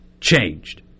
changed